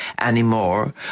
anymore